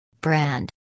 Brand